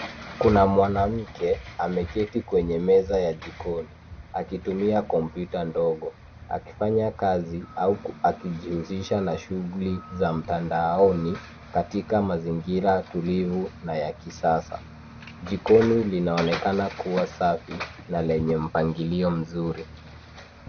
Kuna mwanamke ameketi kwenye meza ya jikoni akitumia kompyuta ndogo akifanya kazi au akijihusisha na shughuli za mtandaoni katika mazingira tulivu na ya kisasa. Jikoni linaonekana kuwa safi na lenye mpangilio mzuri.